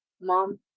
mom